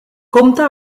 compta